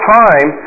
time